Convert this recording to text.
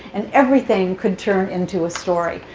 and everything could turn into a story.